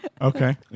Okay